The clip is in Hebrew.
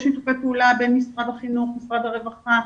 יש שיתופי פעולה בין משרד החינוך ומשרד הרווחה,